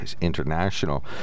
international